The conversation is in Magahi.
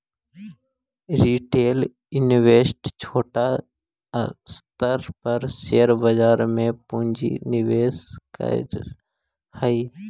रिटेल इन्वेस्टर छोटा स्तर पर शेयर बाजार में पूंजी निवेश करऽ हई